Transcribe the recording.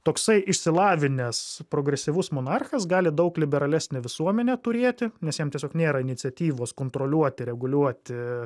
toksai išsilavinęs progresyvus monarchas gali daug liberalesnę visuomenę turėti nes jam tiesiog nėra iniciatyvos kontroliuoti reguliuoti